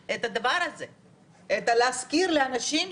עדיף לך להקשיב עד הסוף ובסוף לענות.